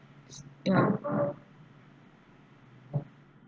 ya